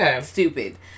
stupid